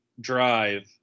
drive